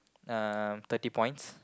um thirty points